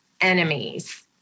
enemies